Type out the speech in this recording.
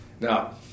Now